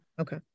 okay